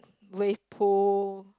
wave pool